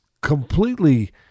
completely